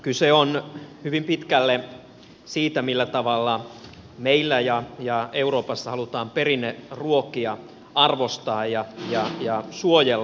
kyse on hyvin pitkälle siitä millä tavalla meillä ja euroopassa halutaan perinneruokia arvostaa ja suojella